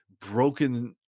broken